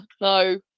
no